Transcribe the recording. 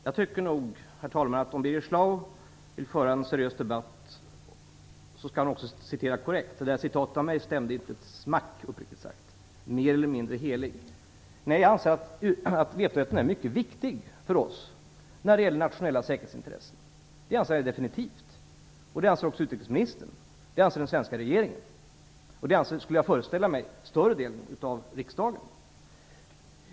Herr talman! Om Birger Schlaug vill föra en seriös debatt skall han också citera korrekt. Det citat han hade av mig stämde inte ett smack, uppriktigt sagt, dvs. att vetorätten är mer eller mindre helig. Jag har sagt att vetorätten är mycket viktig för oss när det gäller nationella säkerhetsintressen. Det anser jag definitivt, och det anser också utrikesministern, och det anser den svenska regeringen. Det anser, skulle jag föreställa mig, större delen av riksdagen.